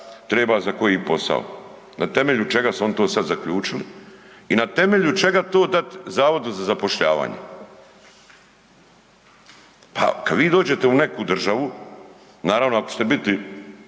treba za koji posao. Na temelju čega su oni to sad zaključili? I na temelju čega to dat Zavodu za zapošljavanje? Pa kad vi dođete u neku državu, naravno ako ćete biti